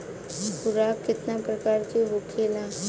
खुराक केतना प्रकार के होखेला?